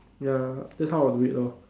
ya that is how I will do it lor